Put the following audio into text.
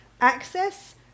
access